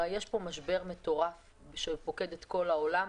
יש פה משבר מטורף שפוקד את כל העולם.